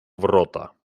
wrota